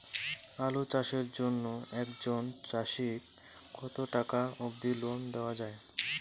আলু চাষের জন্য একজন চাষীক কতো টাকা অব্দি লোন দেওয়া হয়?